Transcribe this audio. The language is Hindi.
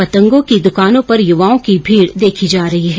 पतंगों की दुकानों पर युवाओं की भीड देखी जा रही है